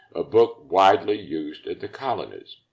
a book widely used at the colonies.